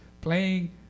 Playing